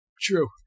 true